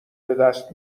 بدست